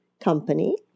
company